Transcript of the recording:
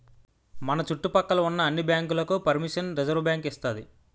మన చుట్టు పక్క లో ఉన్న అన్ని బ్యాంకులకు పరిమిషన్ రిజర్వుబ్యాంకు ఇస్తాది